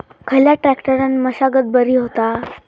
खयल्या ट्रॅक्टरान मशागत बरी होता?